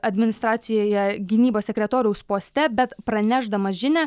administracijoje gynybos sekretoriaus poste bet pranešdamas žinią